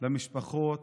למשפחות